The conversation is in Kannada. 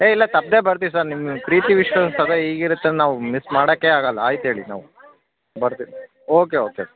ಹೇ ಇಲ್ಲ ತಪ್ಪದೆ ಬರ್ತೀವಿ ಸರ್ ನಿಮ್ಮ ಪ್ರೀತಿ ವಿಶ್ವಾಸ ಸದಾ ಹೀಗಿರತನ ನಾವು ಮಿಸ್ ಮಾಡಕ್ಕೆ ಆಗೋಲ್ಲ ಆಯ್ತು ಹೇಳಿ ನಾವು ಬರ್ತೀವಿ ಓಕೆ ಓಕೆ